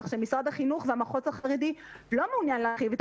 שמשרד החינוך והמחוז החרדי לא מעוניין להרחיב את